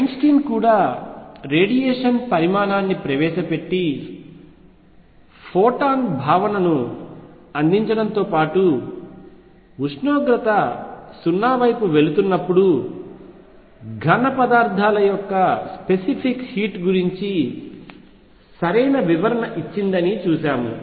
Einstein కూడా radiation పరిమాణాన్ని ప్రవేశపెట్టి ఫోటాన్ భావనను అందించడంతోపాటు ఉష్ణోగ్రత 0 వైపు వెళుతున్నప్పుడు ఘనపదార్థాల యొక్క స్పెసిఫిక్ హీట్ గురించి సరైన వివరణ ఇచ్చిందని చూశాము